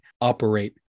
operate